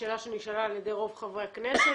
השאלה שנשאלה על ידי רוב חברי הכנסת,